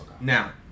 Now